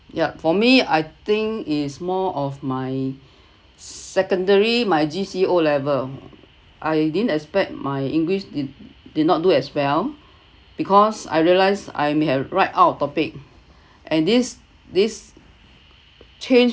ya for me I think is more of my secondary my G_C_E O level I didn't expect my english it did not do as well because I realised I may have write out of topic and this this change